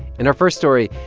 and our first story,